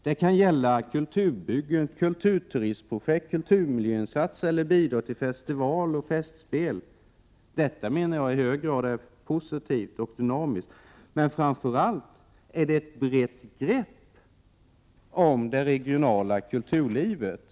Det kan gälla kulturbyggen, kulturturistprojekt, kulturmiljöinsatser eller festivaler och festspel. Detta är i hög grad positivt och dynamiskt, men det är framför allt ett brett grepp om det regionala kulturlivet.